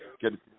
Good